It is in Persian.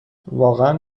واقعا